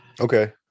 Okay